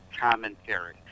commentary